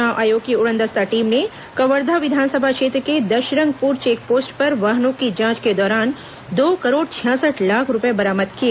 चुनाव आयोग की उड़नदस्ता टीम ने कवर्धा विधानसभा क्षेत्र के दशरंगपुर चेक पोस्ट पर वाहनों की जांच के दौरान दो करोड़ छियासठ लाख रूपए बरामद किए